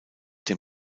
dem